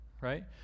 right